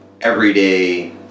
everyday